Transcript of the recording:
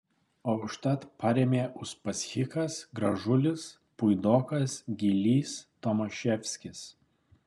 o užtat parėmė uspaskichas gražulis puidokas gylys tomaševskis